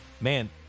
man